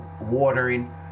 watering